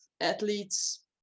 athletes